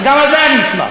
גם על זה אני אשמח.